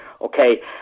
Okay